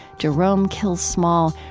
jerome kills small,